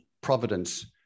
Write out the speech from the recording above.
providence